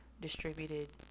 distributed